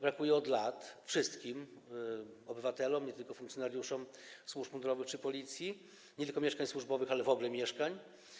Brakuje ich od lat, wszystkim obywatelom, nie tylko funkcjonariuszom służb mundurowych, Policji, i nie tylko mieszkań służbowych, ale w ogóle mieszkań.